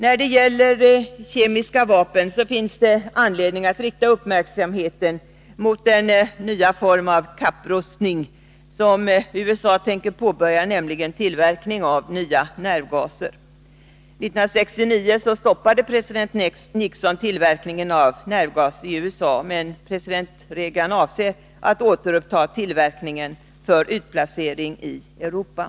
När det gäller de kemiska vapnen finns det anledning att rikta uppmärksamheten mot den nya form av kapprustning som USA tänker påbörja. Jag tänker på tillverkningen av nya nervgaser. 1969 stoppade president Nixon tillverkningen av nervgaser i USA, men president Reagan avser att återuppta tillverkningen, i syfte att utplacera vapnen i Europa.